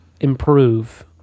improve